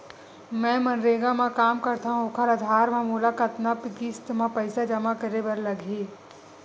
मैं मनरेगा म काम करथव, ओखर आधार म मोला कतना किस्त म पईसा जमा करे बर लगही?